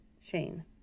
Shane